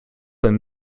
een